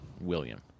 William